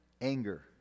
anger